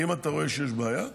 אם אתה רואה שיש בעיה,